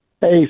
Hey